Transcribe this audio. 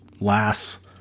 lass